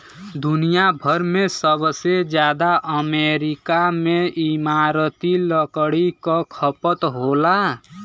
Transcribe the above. दुनिया भर में सबसे जादा अमेरिका में इमारती लकड़ी क खपत होला